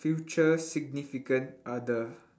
future significant other